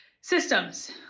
Systems